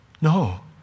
No